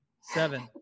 Seven